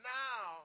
now